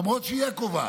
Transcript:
למרות שהיא הקובעת.